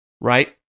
right